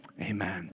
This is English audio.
amen